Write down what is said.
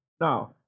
Now